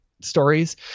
stories